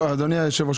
אדוני היושב-ראש,